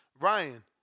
Ryan